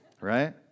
Right